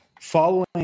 following